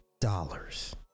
dollars